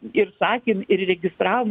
ir sakėm ir registravome